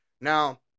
Now